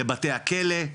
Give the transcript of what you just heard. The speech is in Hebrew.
לבתי הכלא,